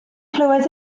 clywed